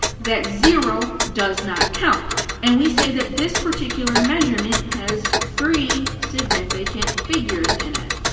that zero does not count and we say that this particular measurement has three significant figures in it.